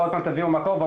ועוד פעם תביאו מקור.